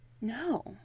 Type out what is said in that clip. No